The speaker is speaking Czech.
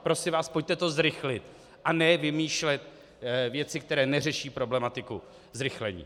Prosím vás, pojďte to zrychlit, a ne vymýšlet věci, které neřeší problematiku zrychlení.